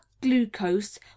glucose